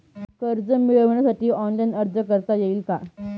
कर्ज मिळविण्यासाठी ऑनलाइन अर्ज करता येईल का?